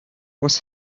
was